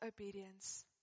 obedience